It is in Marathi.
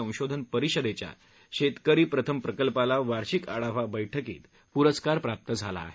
संशोधन परिषदेच्या शेतकरी प्रथम प्रकल्पाला वार्षिक आढावा बैठकीत प्रस्कार प्राप्त झाला आहे